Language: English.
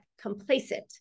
complacent